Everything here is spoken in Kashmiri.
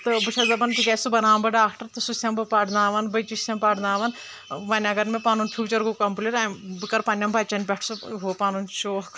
تہٕ بہٕ چھس دپان تِکیٛاز سُہ بناون بہٕ ڈاکٹر تہٕ سُہ چھس بہٕ پرناوان بچی چھس پرناوان وۄنی اگر مےٚ پنُن فیوٗچر گوٚو کمپٕلیٖٹ بہٕ کرٕ پننٮ۪ن بچن پٮ۪ٹھ سُہ ہُہ پنُن شوق